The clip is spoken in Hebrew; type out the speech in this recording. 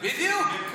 בדיוק.